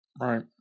Right